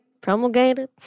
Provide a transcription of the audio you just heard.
Promulgated